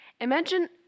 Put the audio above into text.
Imagine